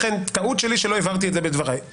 טעות שלי שלא הבהרתי את זה בדבריי.